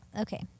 okay